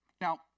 Now